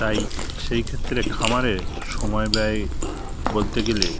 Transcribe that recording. তাই সেইক্ষেত্রে খামারে সময় ব্যয় বলতে গেলে